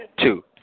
two